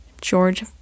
George